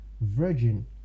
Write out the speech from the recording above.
virgin